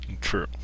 true